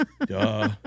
Duh